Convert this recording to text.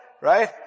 right